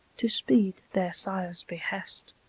to speed their sire's behest.